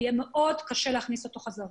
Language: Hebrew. יהיה מאוד קשה להחזיר אותו חזרה.